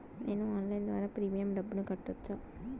నేను ఆన్లైన్ ద్వారా ప్రీమియం డబ్బును కట్టొచ్చా?